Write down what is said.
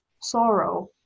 sorrow